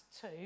Two